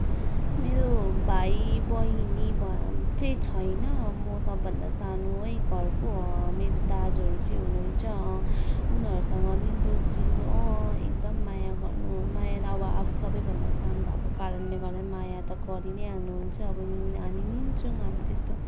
मेरो भाइ बहिनी चाहिँ छैन म सबभन्दा सानो है घरको मेरो दाजुहरू चाहिँ हुनुहुन्छ उनीहरूसँग मिल्दोजुल्दो अँ एकदम माया गर्नु माया त अब आफू सबैभन्दा सानो भएको कारणले गर्दा पनि माया त गरी नै हाल्नुहुन्छ अब मिल्ने हामी मिल्छौँ अब त्यस्तो